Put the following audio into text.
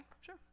sure